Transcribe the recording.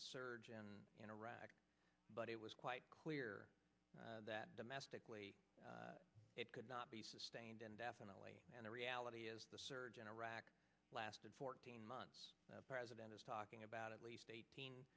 the surge in iraq but it was quite clear that domestically it could not be sustained indefinitely and the reality is the surge in iraq lasted fourteen months the president is talking about at least eighteen